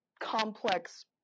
complex